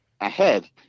ahead